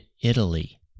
Italy